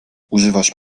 używasz